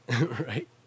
right